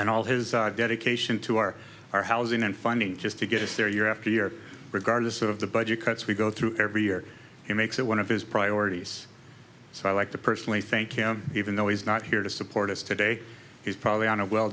and all his dedication to our our housing and funding just to get us there year after year regardless of the budget cuts we go through every year he makes it one of his priorities so i like to personally thank him even though he's not here to support us today he's probably on a well